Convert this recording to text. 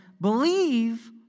believe